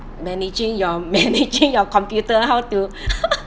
managing your managing your computer how to